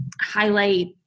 highlight